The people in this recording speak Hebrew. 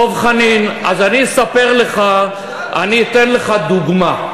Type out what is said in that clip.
דב חנין, אז אני אספר לך, אני אתן לך דוגמה: